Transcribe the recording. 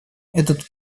этот